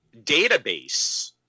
Database